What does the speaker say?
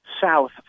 south